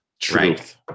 Truth